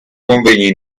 convegni